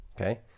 okay